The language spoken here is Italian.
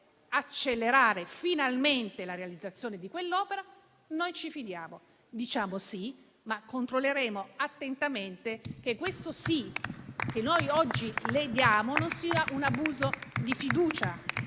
accelerare finalmente la realizzazione di quell'opera. Noi ci fidiamo e diciamo sì, ma controlleremo attentamente che questo sì che noi oggi le diamo non sia un abuso di fiducia